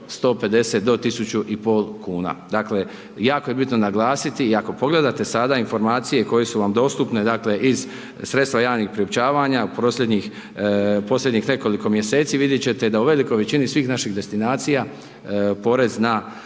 150 do 1.500,00 kn. Dakle, jako je bitno naglasiti i ako pogledate sada informacije koje su vam dostupne, dakle, iz sredstva javnih priopćavanja posljednjih nekoliko mjeseci, vidjet ćete da u velikoj većini svih naših destinacija,